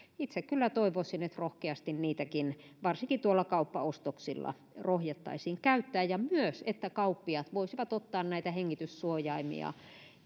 itse kyllä toivoisin että rohkeasti niitäkin varsinkin tuolla kauppaostoksilla rohjettaisiin käyttää ja myös että kauppiaat voisivat ottaa näitä hengityssuojaimia